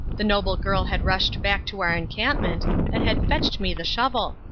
the noble girl had rushed back to our encampment and had fetched me the shovel.